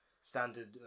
standard